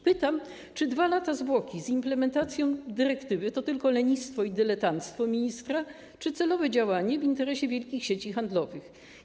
Pytam: Czy 2 lata zwłoki z implementacją dyrektywy to tylko lenistwo i dyletanctwo ministra, czy celowe działanie w interesie wielkich sieci handlowych?